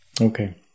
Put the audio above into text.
Okay